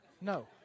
No